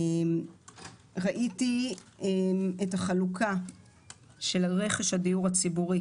ראיתי את החלוקה של רכש הדיור הציבורי,